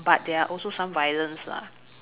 but there are also some violence lah